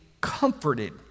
comforted